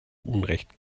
unrecht